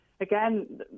again